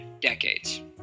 decades